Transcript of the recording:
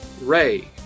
ray